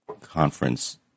conference